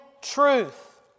truth